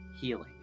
healing